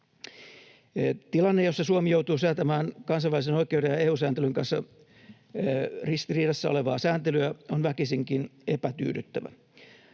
Tilanne, jossa Suomi joutuu säätämään kansainvälisen oikeuden ja EU-sääntelyn kanssa ristiriidassa olevaa sääntelyä, on väkisinkin epätyydyttävä.